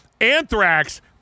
Anthrax